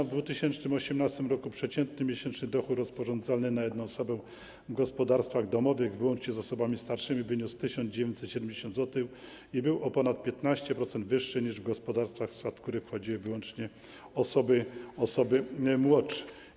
W 2018 r. przeciętny miesięczny dochód rozporządzalny na jedną osobę w gospodarstwach domowych, włącznie z osobami starszymi, wyniósł 1970 zł i był o ponad 15% wyższy niż w gospodarstwach, w skład których wchodziły wyłącznie osoby młodsze.